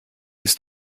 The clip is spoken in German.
ist